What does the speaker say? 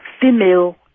female